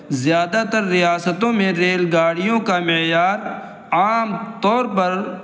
زیادہ تر ریاستوں میں ریل گاڑیوں کا معیار عام طور پر